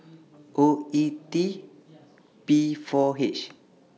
O E T P four H